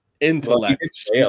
intellect